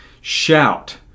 shout